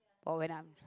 or when I'm